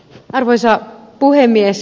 arvoisa puhemies